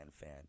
fan